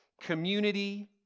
community